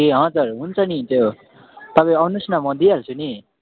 ए हजुर हुन्छ नि त्यो तपाईँ आउनुहोस् न म दिइहाल्छु नि